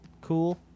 Cool